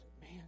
man